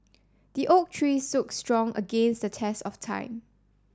the oak tree stood strong against the test of time